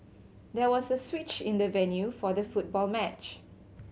there was a switch in the venue for the football match